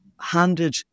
handed